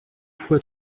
fois